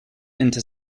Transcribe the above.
into